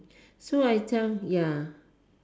so I tell ya